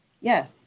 Yes